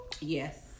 Yes